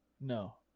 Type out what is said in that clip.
No